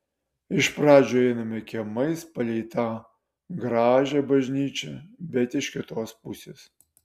iš pradžių einame kiemais palei tą gražią bažnyčią bet iš kitos pusės